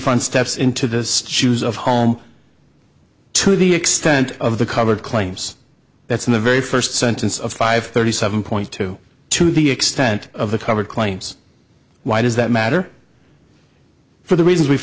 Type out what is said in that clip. front steps into the jews of home to the extent of the covered claims that's in the very first sentence of five thirty seven point two two the extent of the covered claims why does that matter for the reasons we've